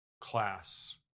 class